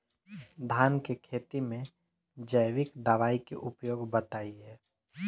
धान के खेती में जैविक दवाई के उपयोग बताइए?